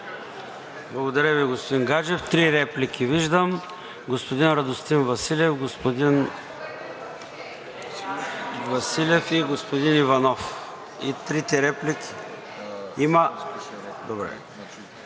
Благодаря Ви, господин Гаджев. Три реплики виждам. Господин Радостин Василев, господин Василев и господин Иванов. (Реплики.) Когато